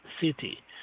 City